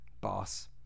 Boss